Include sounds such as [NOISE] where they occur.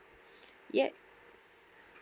[BREATH] yes